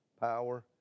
power